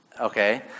okay